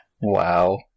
Wow